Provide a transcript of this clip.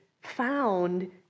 found